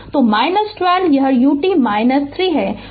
तो 12 यह ut 3 है